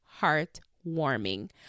heartwarming